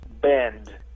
bend